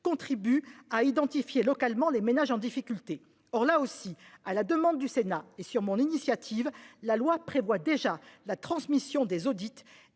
contribue à identifier localement les ménages en difficulté. Or là aussi à la demande du Sénat et sur mon initiative. La loi prévoit déjà la transmission des audits